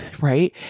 right